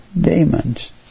demons